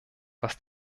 was